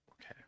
Okay